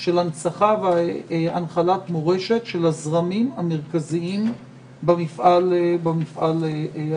של הנצחת והנחלת מורשת של הזרמים המרכזיים במפעל הציוני,